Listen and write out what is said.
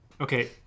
Okay